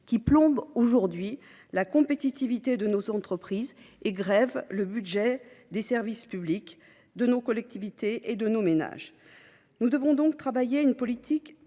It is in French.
qui plombent aujourd’hui la compétitivité de nos entreprises et grèvent le budget des services publics, de nos collectivités territoriales et de nos ménages. Nous devons travailler à une politique énergétique